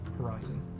horizon